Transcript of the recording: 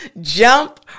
jump